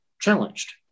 challenged